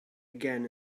again